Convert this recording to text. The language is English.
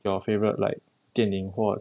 your favourite like 电影或